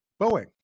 Boeing